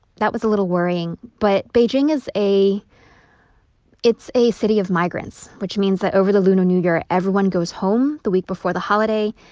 that was a little worrying. but beijing is a it's a city of migrants, which means that over the lunar new year, everyone goes home the week before the holiday.